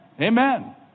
Amen